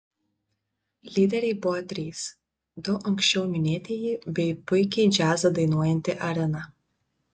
lyderiai buvo trys du anksčiau minėtieji bei puikiai džiazą dainuojanti arina